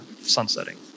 sunsetting